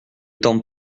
temps